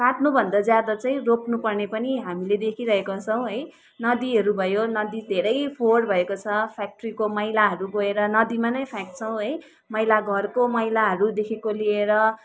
काट्नु भन्दा ज्यादा चाहिँ रोप्नु पर्ने पनि हामीले देखिरहेका छौँ है नदीहरू भयो नदी धेरै फोहोर भएको छ फ्याक्ट्रीको मैलाहरू गएर नदीमा नै फ्याक्छौँ है मैला घरको मैलाहरूदेखिको लिएर